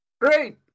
Great